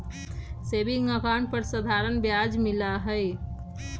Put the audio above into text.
saving account पर साधारण ब्याज मिला हई